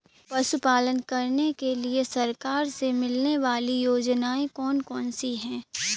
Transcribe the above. पशु पालन करने के लिए सरकार से मिलने वाली योजनाएँ कौन कौन सी हैं?